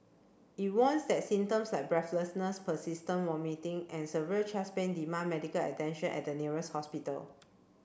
it warns that symptoms like breathlessness persistent vomiting and severe chest pain demand medical attention at the nearest hospital